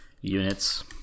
units